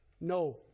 No